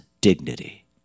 dignity